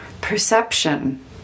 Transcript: perception